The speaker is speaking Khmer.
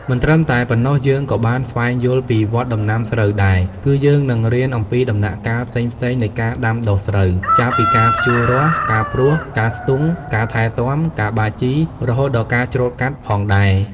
មិនត្រឹមតែប៉ុណ្ណោះយើងក៏បានស្វែងយល់ពីវដ្ដដំណាំស្រូវដែរ គឺយើងនឹងរៀនអំពីដំណាក់កាលផ្សេងៗនៃការដាំដុះស្រូវ ចាប់ពីការភ្ជួររាស់ ការព្រួស ការស្ទូង ការថែទាំ ការបាចជី រហូតដល់ការច្រូតកាត់ផងដែរ ។